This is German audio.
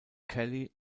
kelly